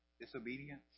disobedience